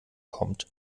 kommt